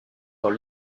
dans